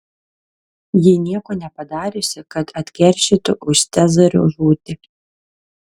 ji nieko nepadariusi kad atkeršytų už cezario žūtį